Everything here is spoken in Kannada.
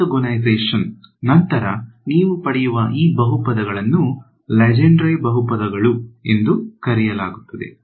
ಆರ್ಥೋಗೊನಲೈಸೇಶನ್ ನಂತರ ನೀವು ಪಡೆಯುವ ಈ ಬಹುಪದಗಳನ್ನು ಲೆಜೆಂಡ್ರೆ ಬಹುಪದಗಳು ಎಂದು ಕರೆಯಲಾಗುತ್ತದೆ